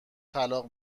طلاق